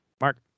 Mark